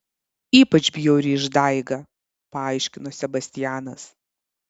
ypač bjauri išdaiga paaiškino sebastianas